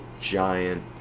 giant